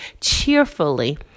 cheerfully